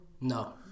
No